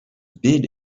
bid